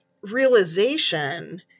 realization